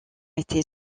été